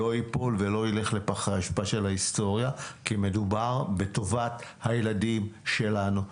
לא ייפול ולא ילך לפח האשפה של ההיסטוריה כי מדובר בטובת הילדים שלנו,